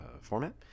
format